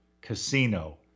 Casino